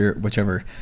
whichever